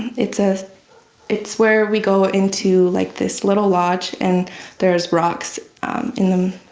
it's a it's where we go into like this little lodge and there is rocks in them,